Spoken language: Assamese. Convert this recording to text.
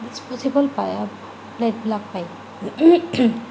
ডিস্পজেবল পাই প্লেটবিলাক পায়